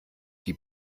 die